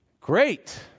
Great